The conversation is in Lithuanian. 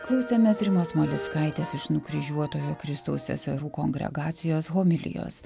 klausėmės rimos malickaitės iš nukryžiuotojo kristaus seserų kongregacijos homilijos